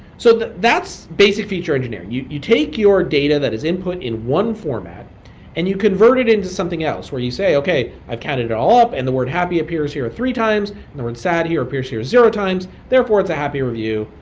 so that's basic feature engineering. you you take your data that is input in one format and you convert it into something else where you say, okay, i've counted it all up and the word happy appears here three times and the word sad here appears here zero times. therefore, it's a happy review.